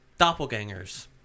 doppelgangers